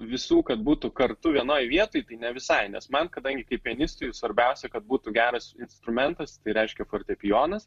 visų kad būtų kartu vienoj vietoj tai ne visai nes man kadangi kaip pianistui svarbiausia kad būtų geras instrumentas tai reiškia fortepijonas